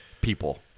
people